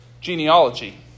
genealogy